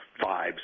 vibes